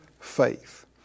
faith